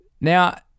Now